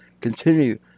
continue